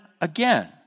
again